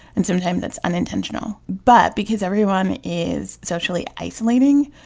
and sometimes it's unintentional. but because everyone is socially isolating,